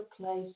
place